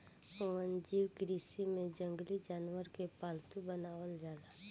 वन्यजीव कृषि में जंगली जानवरन के पालतू बनावल जाला